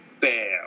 bam